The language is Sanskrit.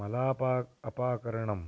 मलापः अपाकरणं